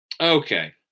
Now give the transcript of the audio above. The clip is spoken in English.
Okay